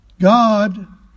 God